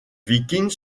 vikings